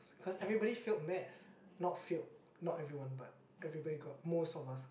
cause everybody failed math not failed not everyone but everybody got most of us